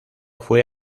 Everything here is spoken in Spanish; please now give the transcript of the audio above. fue